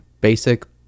basic